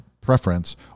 preference